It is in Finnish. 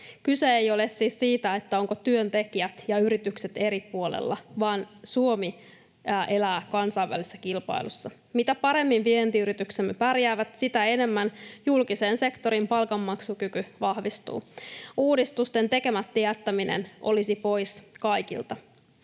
Kyse ei ole siis siitä, ovatko työntekijät ja yritykset eri puolella, vaan Suomi elää kansainvälisessä kilpailussa: mitä paremmin vientiyrityksemme pärjäävät, sitä enemmän julkisen sektorin palkanmaksukyky vahvistuu. Uudistusten tekemättä jättäminen olisi pois kaikilta.